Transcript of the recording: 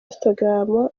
instagram